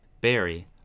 Berry